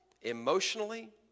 emotionally